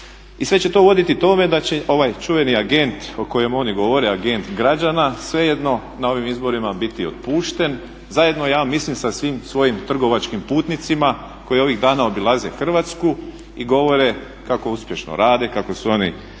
I sve će to voditi tome da će ovaj čuvani agent o kojem oni govore, agent građana svejedno na ovim izborima biti otpušten zajedno ja mislim da svim svojim trgovačkim putnicima koji ovih dana obilaze Hrvatsku i govore kako uspješno rade, kako su oni